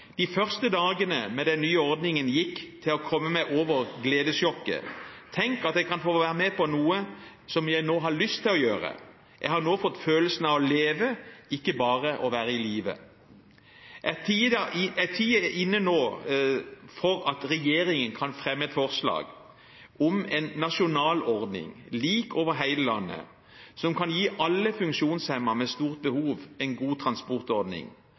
De første dagene med den nye ordningen gikk til å komme meg over gledessjokket! Tenk at jeg kan få være med på noe som jeg nå har lyst til å gjøre. Jeg har nå fått følelsen av å leve, ikke bare å være i live. Er tiden nå inne for at regjeringen kan fremme et forslag om en nasjonal ordning som er lik over hele landet, som kan gi alle funksjonshemmede med stort behov, en god transportordning,